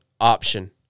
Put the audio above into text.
option